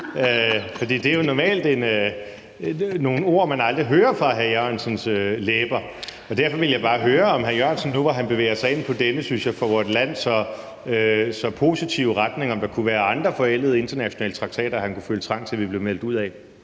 for det er jo normalt nogle ord, man aldrig hører fra hr. Jan E. Jørgensens læber. Derfor vil jeg bare høre, om der nu, hvor hr. Jan E. Jørgensen bevæger sig ind på denne, synes jeg, for vort land så positive retning, kunne være andre forældede internationale traktater, han kunne føle trang til at vi blev meldt ud af.